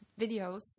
videos